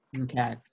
Okay